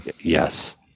yes